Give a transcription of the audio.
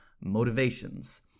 Motivations